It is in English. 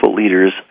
leaders